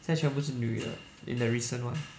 现在全部是女的 in the recent one